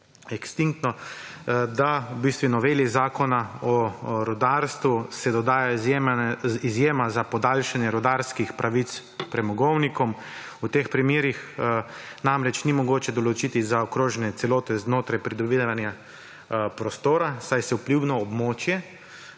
ekstinktno /?/, da se v noveli Zakona o rudarstvu dodaja izjema za podaljšanje rudarskih pravic premogovnikom. V teh primerih namreč ni mogoče določiti zaokrožene celote znotraj pridobivanja prostora, saj se vplivno območje